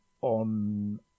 on